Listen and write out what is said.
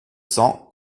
cents